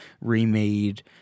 remade